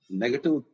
negative